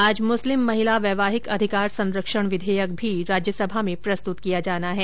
आज मुस्लिम महिला वैवाहिक अधिकार संरक्षण विधेयक भी राज्यसभा में प्रस्तुत किया जाना है